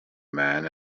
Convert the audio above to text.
man